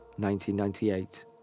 1998